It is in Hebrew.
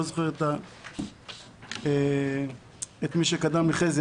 אני לא זוכר את מי שקדם לחזי,